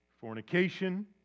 Fornication